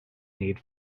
need